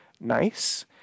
nice